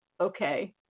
okay